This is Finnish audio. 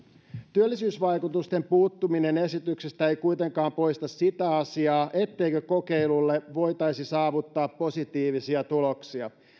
työllisyysvaikutusten puuttuminen esityksestä ei kuitenkaan poista sitä asiaa etteikö kokeilulla voitaisi saavuttaa positiivisia tuloksia